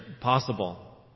possible